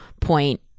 point